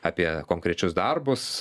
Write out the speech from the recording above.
apie konkrečius darbus